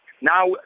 Now